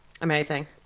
amazing